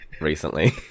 recently